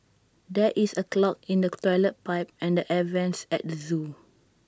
there is A clog in the Toilet Pipe and the air Vents at the Zoo